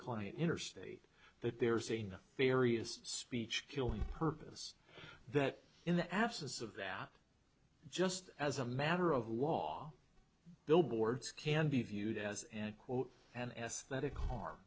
client interstate that there's enough various speech killing purpose that in the absence of that just as a matter of law billboards can be viewed as an equal an aesthetic harm